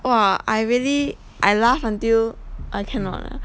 !wah! I really I laugh until I cannot 了